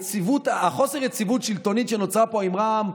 חוסר היציבות השלטונית שנוצרה כאן עם רע"מ,